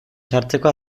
sartzeko